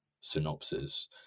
synopsis